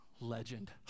Legend